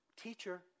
teacher